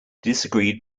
disagreed